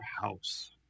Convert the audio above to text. house